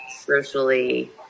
socially